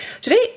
Today